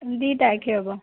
ଦୁଇଟା ଆଖି ହବ